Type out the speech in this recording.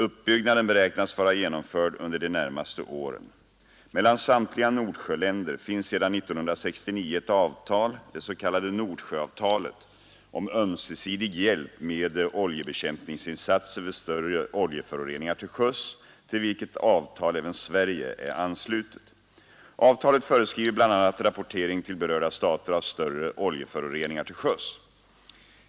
Uppbyggnaden beräknas vara genomförd under de närmaste åren. Mellan samtliga Nordsjöländer finns sedan 1969 ett avtal — det s.k. Nordsjöavtalet — om ömsesidig hjälp med oljebekämpningsinsatser vid större oljeföroreningar till sjöss, till vilket avtal även Sverige är anslutet. Avtalet föreskriver bl.a. rapportering till berörda stater av större oljeföroreningar till sjöss.